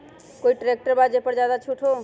कोइ ट्रैक्टर बा जे पर ज्यादा छूट हो?